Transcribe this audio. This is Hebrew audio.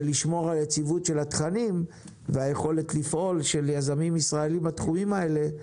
ולשמור על יציבות התכנים והיכולת לפעולה של יזמים ישראלים בתחומים האלה,